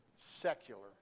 secular